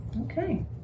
okay